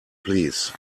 please